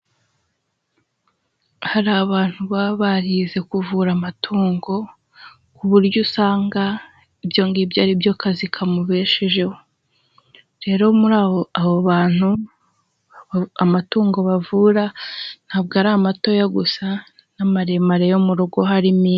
Hari abantu baba barize kuvura amatungo, ku buryo usanga ibyo ngibyo ari byo kazi kamubeshejeho Rero muri abo bantu, amatungo bavura ntabwo ari amatoya gusa; n'amaremare yo mu rugo, harimo inka.